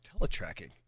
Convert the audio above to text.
teletracking